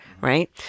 right